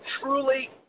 truly